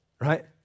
right